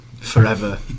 forever